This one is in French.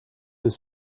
deux